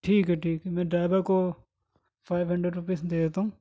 ٹھیک ہے ٹھیک ہے میں ڈرائیور کو فائیو ہنڈریڈ روپیز دے دیتا ہوں